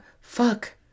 fuck